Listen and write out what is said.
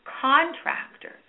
contractors